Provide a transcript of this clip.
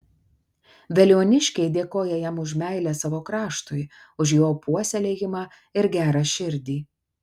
veliuoniškiai dėkoja jam už meilę savo kraštui už jo puoselėjimą ir gerą širdį